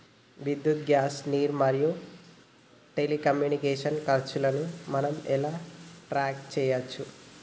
విద్యుత్ గ్యాస్ నీరు మరియు టెలికమ్యూనికేషన్ల ఖర్చులను మనం ఎలా ట్రాక్ చేయచ్చు?